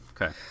Okay